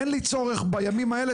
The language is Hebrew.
אין לי צורך בימים האלה,